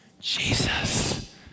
Jesus